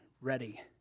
ready